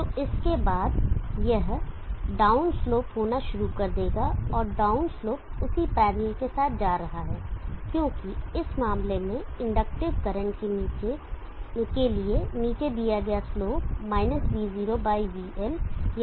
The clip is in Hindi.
तो इसके बाद यह डाउन स्लोप होना शुरू कर देगा और डाउन स्लोप उसी पैरलल के साथ जा रहा है क्योंकि इस मामले में इंडक्टिव करंट के लिए नीचे दिया गया स्लोप -v0 बाई Lया vB बाई L है